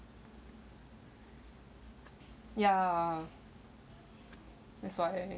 ya that's why